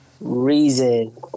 reason